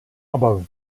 aber